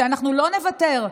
שאנחנו לא נוותר,